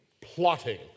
plotting